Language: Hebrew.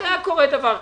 לא היה קורה דבר כזה.